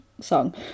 song